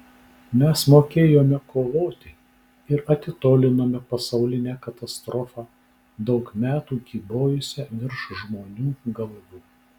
mes mokėjome kovoti ir atitolinome pasaulinę katastrofą daug metų kybojusią virš žmonių galvų